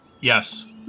Yes